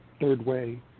third-way